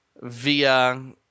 via